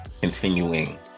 continuing